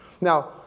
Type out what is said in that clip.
Now